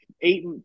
eight